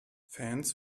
fans